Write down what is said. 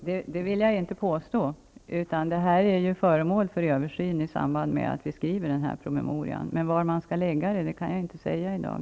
Herr talman! Det vill jag inte påstå. Denna fråga är ju föremål för översyn i samband med att promemorian skrivs, men var nivån skall läggas kan jag inte säga i dag.